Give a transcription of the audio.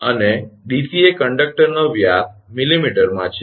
અને dc એ કંડક્ટરનો વ્યાસ મિલીમીટરમાં છે